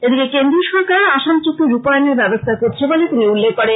এদিকে কেন্দ্রীয় সরকার আসাম চুক্তি রূপায়নের ব্যবস্থা করছে বলে তিনি উল্লেখ করেন